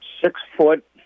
six-foot